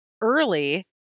early